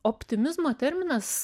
optimizmo terminas